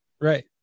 Right